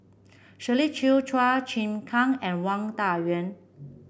Shirley Chew Chua Chim Kang and Wang Dayuan